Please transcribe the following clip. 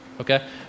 Okay